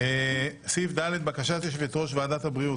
סעיף ד': בקשת יושבת-ראש ועדת הבריאות,